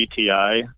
GTI